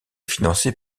financé